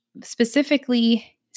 specifically